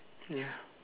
ya